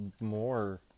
more